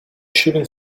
shooting